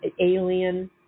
alien